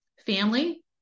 Family